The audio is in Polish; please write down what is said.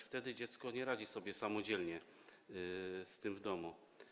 Wtedy dziecko nie radzi sobie samodzielnie z tym w domu.